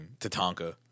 Tatanka